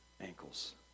ankles